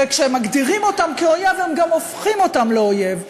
וכשמגדירים אותם כאויב גם הופכים אותם לאויב,